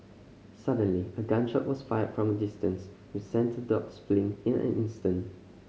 suddenly a gun shot was fired from a distance which sent the dogs fleeing in an instant